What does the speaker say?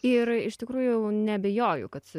ir iš tikrųjų neabejoju kad